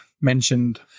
mentioned